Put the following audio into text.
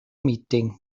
meeting